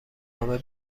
نامه